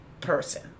person